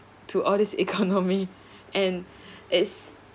to all these economy and it's